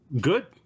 Good